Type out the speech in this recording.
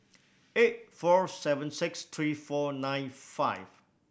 eight four seven six three four nine five